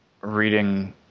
reading